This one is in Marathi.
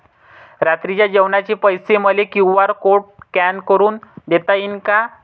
रात्रीच्या जेवणाचे पैसे मले क्यू.आर कोड स्कॅन करून देता येईन का?